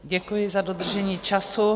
Děkuji za dodržení času.